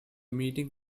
meeting